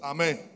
Amen